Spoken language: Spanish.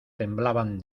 temblaban